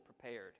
prepared